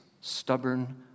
stubborn